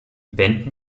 wenden